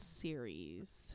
series